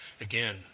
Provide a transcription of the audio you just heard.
Again